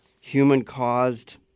human-caused